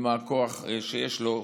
עם הכוח שיש לו,